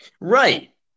Right